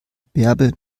bärbel